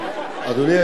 אדוני היושב-ראש,